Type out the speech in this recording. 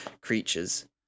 creatures